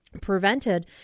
prevented